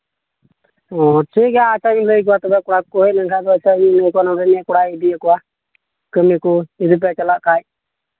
ᱚ ᱴᱷᱤᱠ ᱜᱮᱭᱟ ᱟᱪᱪᱷᱟᱧ ᱞᱟᱹᱭ ᱠᱚᱣᱟ ᱛᱚᱵᱮ ᱠᱚᱲᱟ ᱠᱚᱠᱚ ᱦᱮᱡ ᱞᱮᱱᱠᱷᱟᱱ ᱚᱠᱚᱭ ᱱᱚᱰᱮ ᱱᱩᱭ ᱠᱚᱲᱟᱭ ᱤᱫᱤᱭᱮᱫ ᱠᱚᱣᱟ ᱠᱟᱹᱢᱤ ᱠᱚ ᱡᱩᱫᱤ ᱯᱮ ᱪᱟᱞᱟᱜ ᱠᱷᱟᱱ